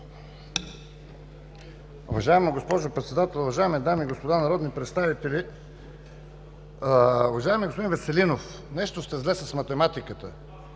Уважаема госпожо Председател, уважаеми дами и господа народни представители! Уважаеми господин Веселинов, нещо сте зле с математиката.